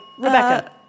Rebecca